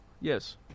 Yes